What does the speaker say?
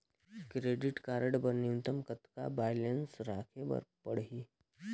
Credit card बर न्यूनतम कतका बैलेंस राखे बर पड़ही?